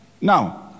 now